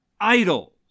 idols